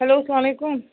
hello اَسلامُ علیکُم